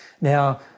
Now